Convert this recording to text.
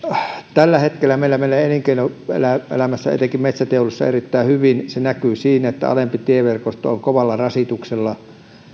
tällä hetkellä meillä menee elinkeinoelämässä etenkin metsäteollisuudessa erittäin hyvin se näkyy siinä että alempi tieverkosto on kovalla rasituksella